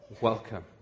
welcome